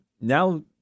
now